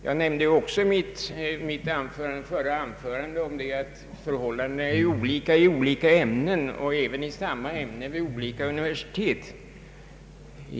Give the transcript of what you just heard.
Jag nämnde också i mitt förra anförande att förhållandena är olika i olika ämnen — och ibland i samma ämne — vid olika universitet.